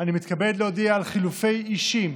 אני מתכבד להודיע על חילופי אישים